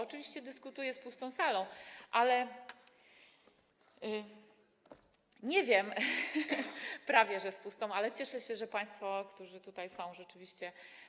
Oczywiście dyskutuję z pustą salą, prawie że pustą, ale cieszę się, że państwo, którzy tutaj są, rzeczywiście.